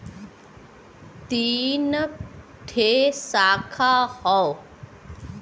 तीन ठे साखा हौ